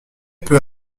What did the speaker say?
peu